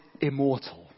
Immortal